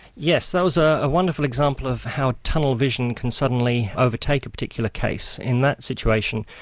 yes, that was ah a wonderful example of how tunnel vision can suddenly overtake a particular case. in that situation,